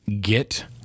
Get